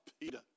Peter